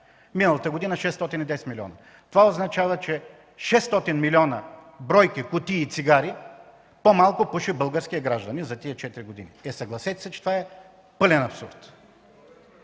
миналата година 610 милиона. Това означава, че 600 милиона бройки кутии цигари по-малко пуши българският гражданин за тези 4 години. Е, съгласете се, че това е пълен абсурд!